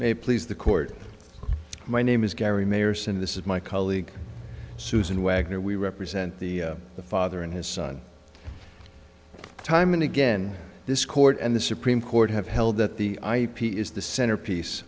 may please the court my name is gary mayor's and this is my colleague susan wagner we represent the the father and his son time and again this court and the supreme court have held that the ip is the centerpiece